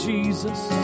Jesus